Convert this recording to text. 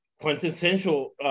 quintessential